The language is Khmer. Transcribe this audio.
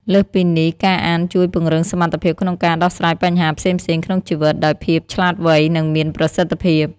លើសពីនេះ ការអានជួយ ពង្រឹងសមត្ថភាពក្នុងការដោះស្រាយបញ្ហាផ្សេងៗក្នុងជីវិត ដោយភាពឆ្លាតវៃ និងមានប្រសិទ្ធភាព។